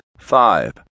Five